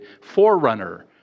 forerunner